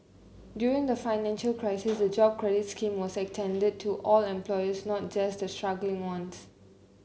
during the financial crisis the Jobs Credit scheme was extended to all employers not just the struggling ones